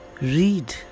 read